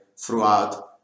throughout